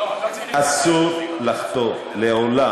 אסור לחטוא לעולם